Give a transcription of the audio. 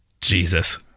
Jesus